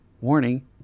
warning